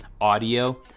audio